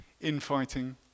infighting